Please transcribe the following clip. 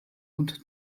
und